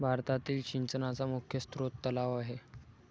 भारतातील सिंचनाचा मुख्य स्रोत तलाव आहे